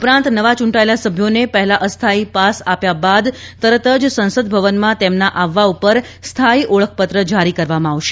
ઉપરાંત નવા ચૂંટાયેલા સભ્યોને પહેલા અસ્થાયી પાસ આપ્યા બાદ તરત જ સંસદ ભવનમાં તેમના આવવા પર સ્થાયી ઓળખપત્ર જારી કરવામાં આવશે